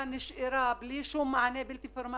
נשארה בלי שום מענה בלתי פורמאלי,